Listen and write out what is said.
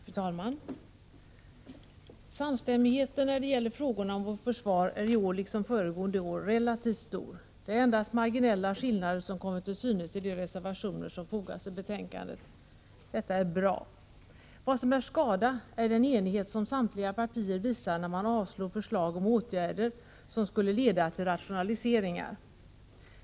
Fru talman! Samstämmigheten när det gäller frågorna om vårt försvar är i år, liksom föregående år, relativt stor. Det är endast marginella skillnader som kommer till synes i de reservationer som fogats till betänkandet. Detta är bra! Vad som är skada är den enighet som samtliga partier visar när man yrkar avslag på förslag till åtgärder som skulle leda till rationaliseringar.